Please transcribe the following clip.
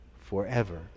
forever